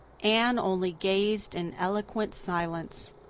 anne only gazed in eloquent silence.